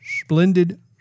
splendid